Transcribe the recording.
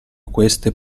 queste